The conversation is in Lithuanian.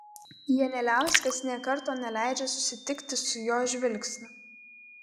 jalianiauskas nė karto neleidžia susitikti su jo žvilgsniu